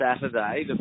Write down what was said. Saturday